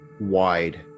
wide